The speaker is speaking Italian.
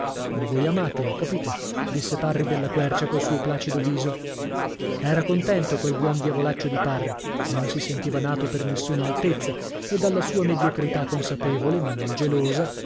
come voi amate ho capito disse parri della quercia col suo placido viso era contento quel buon diavolaccio di parri non si sentiva nato per nessuna altezza e dalla sua mediocrità consapevole ma non gelosa